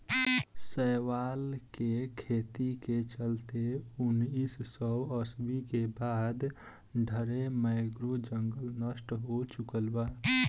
शैवाल के खेती के चलते उनऽइस सौ अस्सी के बाद से ढरे मैंग्रोव जंगल नष्ट हो चुकल बा